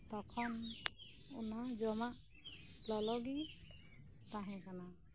ᱛᱚᱠᱷᱚᱱ ᱚᱱᱟ ᱡᱚᱢᱟᱜ ᱞᱚᱞᱚᱜᱤ ᱛᱟᱦᱮᱸ ᱠᱟᱱᱟ